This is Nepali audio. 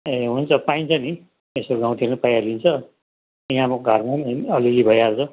ए हुन्छ पाइन्छ नि यसो गाउँतिर पनि पाइहालिन्छ यहाँ अब घरमा पनि अलिअलि भइहाल्छ